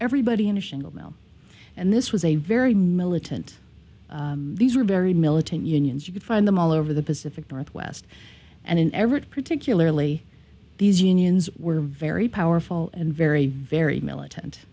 everybody in a shingle mill and this was a very militant these were very militant unions you could find them all over the pacific northwest and in everett particularly these unions were very powerful and very very militant